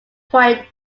point